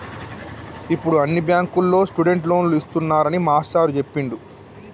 ఇప్పుడు అన్ని బ్యాంకుల్లో స్టూడెంట్ లోన్లు ఇస్తున్నారని మాస్టారు చెప్పిండు